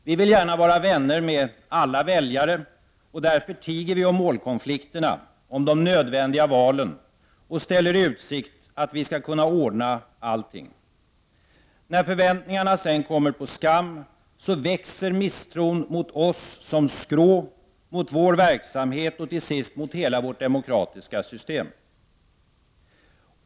Vi vill gärna vara vänner med alla väljare, och därför tiger vi om målkonflikterna, om de nödvändiga valen, och ställer i utsikt att vi skall kunna ordna allting. När förväntningarna sedan kommer på skam växer misstron mot oss som skrå, mot vår verksamhet och till sist mot hela vårt demokratiska system.